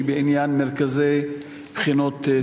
היא בעניין מרכזי בחינות,